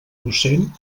docent